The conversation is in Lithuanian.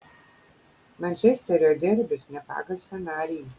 mančesterio derbis ne pagal scenarijų